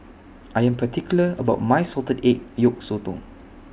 I Am particular about My Salted Egg Yolk Sotong